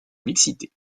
mixité